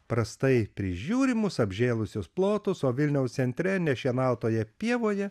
prastai prižiūrimus apžėlusius plotus o vilniaus centre nešienautoje pievoje